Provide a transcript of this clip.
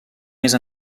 més